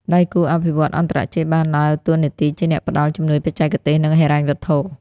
ដៃគូអភិវឌ្ឍន៍អន្តរជាតិបានដើរតួនាទីជាអ្នកផ្តល់ ជំនួយបច្ចេកទេស និងហិរញ្ញវត្ថុ។